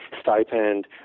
stipend